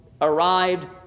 arrived